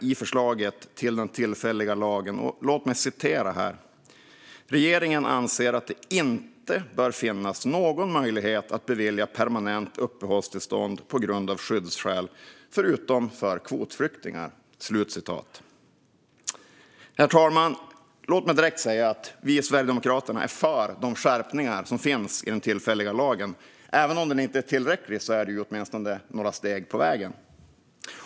I förslaget om den tillfälliga lagen skrev regeringen själv på följande sätt: "Regeringen anser att det inte bör finnas någon möjlighet att bevilja permanent uppehållstillstånd på grund av skyddsskäl, förutom för kvotflyktingar." Herr talman! Låt mig direkt säga att vi i Sverigedemokraterna är för de skärpningar som finns i den tillfälliga lagen. Även om den inte är tillräcklig innebär det åtminstone några steg på vägen.